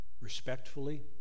respectfully